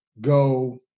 go